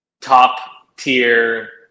top-tier